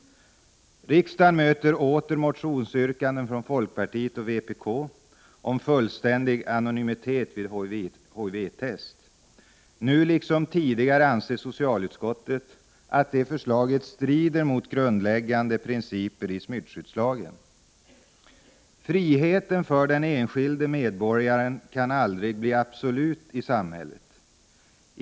Riksdagen möter åter motionsyrkanden från folkpartiet och vpk om fullständig anonymitet vid HIV-test. Nu liksom tidigare anser socialutskottet att det förslaget strider mot grundläggande principer i smittskyddslagen. Friheten för den enskilde medborgaren kan aldrig bli absolut i samhället.